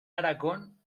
aragón